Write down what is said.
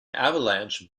avalanche